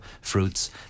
fruits